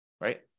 right